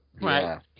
Right